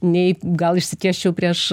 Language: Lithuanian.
nei gal išsitiesčiau prieš